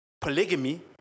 polygamy